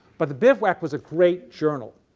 but the bivouac was a great journal.